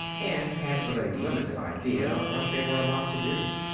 and had but a limited idea of what they were about to do.